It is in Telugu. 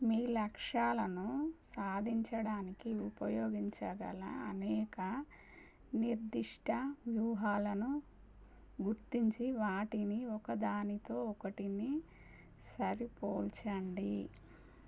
మీ లక్ష్యాలను సాధించడానికి ఉపయోగించ గల అనేక నిర్దిష్ట వ్యూహాలను గుర్తించి వాటిని ఒక దానితో ఒకటి సరిపోల్చండి